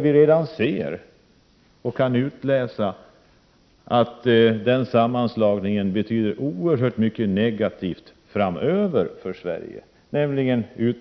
Vi kan redan utläsa att denna sammanslagning kommer att medföra mycket som är negativt för Sverige framöver,